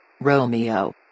Romeo